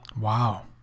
wow